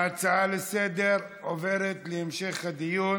ההצעה לסדר-היום עוברת להמשך הדיון